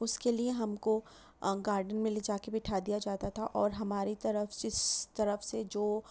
اس کے لئے ہم کو گارڈن میں لے جا کے بٹھا دیا جاتا تھا اور ہماری طرف سس طرف سے جو